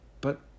But